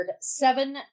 seven